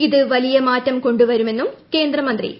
ഇത് വലിയ മാറ്റം കൊണ്ടുവരുമെന്നും കേന്ദ്രമന്ത്രി പറഞ്ഞു